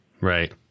right